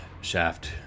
shaft